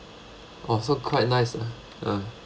oh so quite nice ah